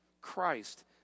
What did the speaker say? Christ